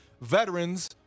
veterans